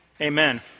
amen